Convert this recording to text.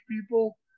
people